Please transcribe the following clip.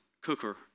cooker